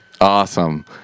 Awesome